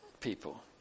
people